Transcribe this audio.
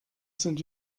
sind